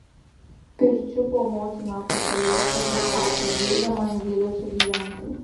pirčiupio motiną pakelėje pasistatė gėda man gėda čia gyventi